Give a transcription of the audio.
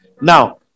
Now